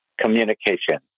communication